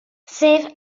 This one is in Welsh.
sef